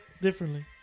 differently